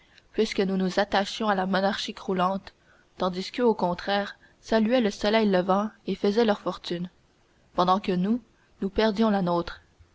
puisque nous nous attachions à la monarchie croulante tandis qu'eux au contraire saluaient le soleil levant et faisaient leur fortune pendant que nous nous perdions la nôtre